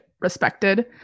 respected